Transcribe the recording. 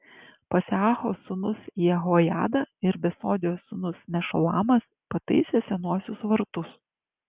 paseacho sūnus jehojada ir besodijos sūnus mešulamas pataisė senuosius vartus